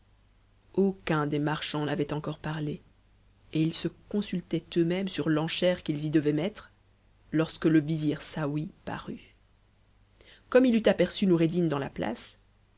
aucun des marchands n'avait encore parlé et ils se consultaient eux mes sur l'enchère qu'ils y devaient mettre lorsque le vizir saouy pa oaime il eut aperçu noureddin dans la place